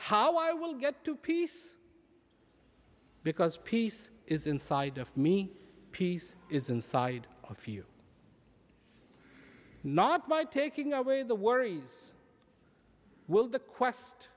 how i will get to peace because peace is inside of me peace is inside of you not by taking away the worries will the quest